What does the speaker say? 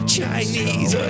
Chinese